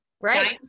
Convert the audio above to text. right